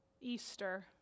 Easter